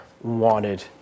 wanted